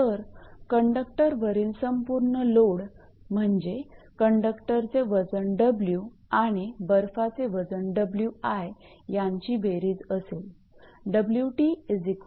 तर कंडक्टरवरील संपूर्ण लोड म्हणजे कंडक्टरचे वजन 𝑊 आणि बर्फाचे वजन 𝑊𝑖 यांची बेरीज असेल